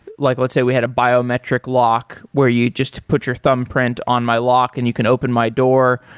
like let's say we had a biometric lock where you just put your thumbprint on my lock and you can open my door.